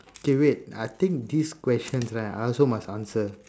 okay wait I think these questions right I must also answer